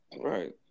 Right